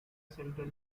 central